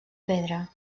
pedra